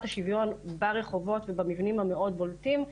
השוויון ברחובות ובמבנים המאוד בולטים,